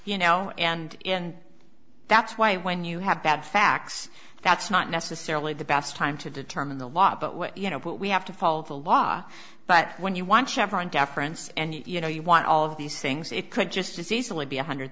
you know and and that's why when you have bad facts that's not necessarily the best time to determine the law but what you know what we have to follow the law but when you want chapter and deference and you know you want all of these things it could just as easily be one hundred